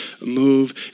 move